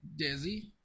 Desi